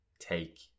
take